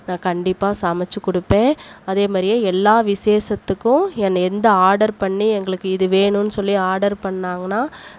நான் கண்டிப்பாக சமைத்து கொடுப்பேன் அதேமாதிரியே எல்லா விசேஷத்துக்கும் என்னைய எந்த ஆடர் பண்ணி எங்களுக்கு இது வேணும்னு சொல்லி ஆடர் பண்ணாங்கனால்